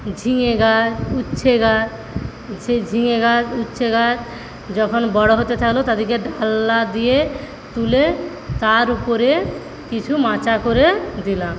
ঝিঙে গাছ উচ্ছে গাছ ঝিঙে গাছ উচ্ছে গাছ যখন বড়ো হতে থাকলো তাদেরকে ঢাল্লা দিয়ে তুলে তার উপরে কিছু মাচা করে দিলাম